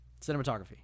cinematography